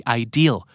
ideal